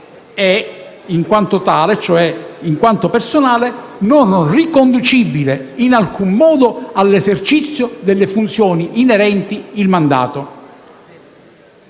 ma personale e, in quanto tale, non riconducibile in alcun modo all'esercizio delle funzioni inerenti il mandato».